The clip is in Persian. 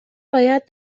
باید